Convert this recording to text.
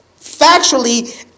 factually